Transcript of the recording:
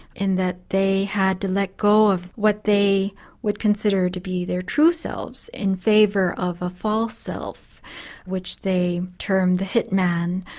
in that they had to let go of what they would consider to be their true selves in favour of a false self which they termed the hit man,